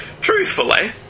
Truthfully